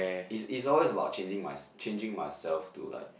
it's it's always about changing mys~ changing myself to like